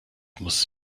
muss